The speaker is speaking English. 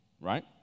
right